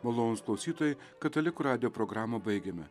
malonūs klausytojai katalikų radijo programą baigiame